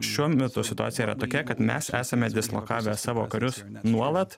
šiuo metu situacija yra tokia kad mes esame dislokavę savo karius nuolat